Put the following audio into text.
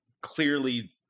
clearly